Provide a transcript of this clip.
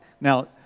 Now